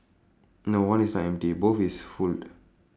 no one is not empty both is full